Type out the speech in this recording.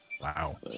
Wow